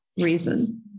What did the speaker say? reason